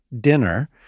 dinner